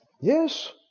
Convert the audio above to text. Yes